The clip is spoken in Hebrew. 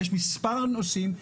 יש מספר נושאים,